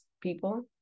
people